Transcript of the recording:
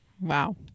Wow